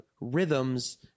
rhythms